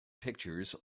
pictures